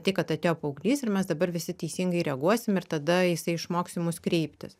tai kad atėjo paauglys ir mes dabar visi teisingai reaguosim ir tada jisai išmoks į mus kreiptis